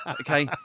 okay